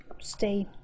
stay